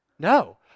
No